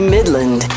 Midland